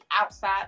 outside